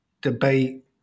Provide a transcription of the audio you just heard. debate